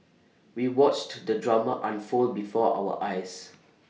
we watched the drama unfold before our eyes